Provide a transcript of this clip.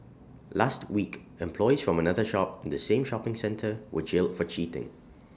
last week employees from another shop in the same shopping centre were jailed for cheating